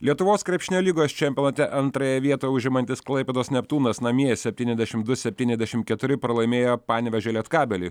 lietuvos krepšinio lygos čempionate antrąją vietą užimantis klaipėdos neptūnas namie septyniasdešim du septyniasdešim keturi pralaimėjo panevėžio lietkabeliui